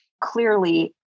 clearly